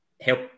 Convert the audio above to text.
help